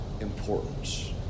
importance